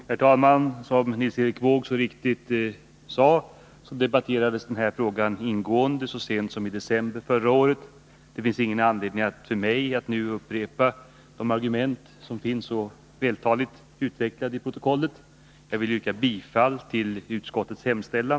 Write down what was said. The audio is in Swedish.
Herr talman! Som Nils Erik Wååg så riktigt sade debatterades den här frågan ingående så sent som i december förra året. Det finns ingen anledning för mig att nu upprepa de argument som finns så vältaligt utvecklade i protokollet. Jag vill yrka bifall till utskottets hemställan.